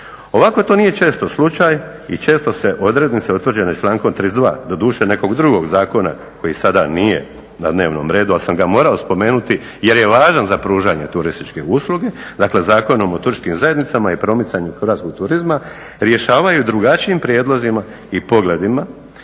Ovako to nije često slučaj i često se odrednice utvrđene člankom 32.doduše nekog drugog zakona koji sada nije na dnevnom redu, ali sam ga morao spomenuti jer je važan za pružanje turističke usluge, dakle Zakonom o turističkim zajednicama i promicanju hrvatskog turizma, rješavaju drugačijim prijedlozima i pogledima